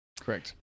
Correct